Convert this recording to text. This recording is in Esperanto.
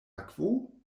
akvo